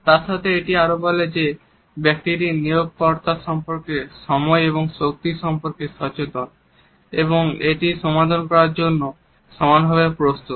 তার সাথে এটি আরো বলে যে ব্যক্তিটি নিয়োগকর্তার সম্পর্কে সময় এবং শক্তির সম্পর্কে সচেতন এবং এটির সমাদর করার জন্য সম্পূর্ণভাবে প্রস্তুত